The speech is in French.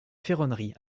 ferronnerie